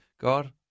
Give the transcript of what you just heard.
God